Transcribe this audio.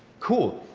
cool.